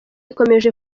ikomeje